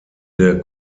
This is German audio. der